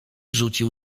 rzucił